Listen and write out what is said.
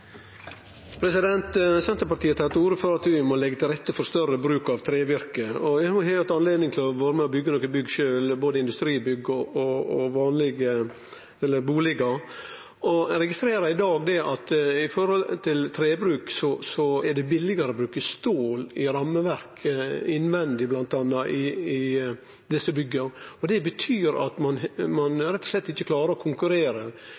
Senterpartiet tar til orde for at vi må leggje til rette for større bruk av trevirke. Eg har hatt moglegheit til å vere med og byggje nokre bygg sjølv, både industribygg og vanlege bustader, og eg registrerer i dag at samanlikna med tre er det billegare å bruke stål i rammeverk innvendig bl.a. i desse bygga. Det betyr at ein rett og slett ikkje klarer å konkurrere.